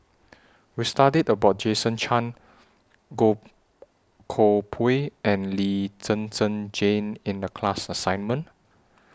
We studied about Jason Chan Goh Koh Pui and Lee Zhen Zhen Jane in The class assignment